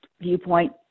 viewpoint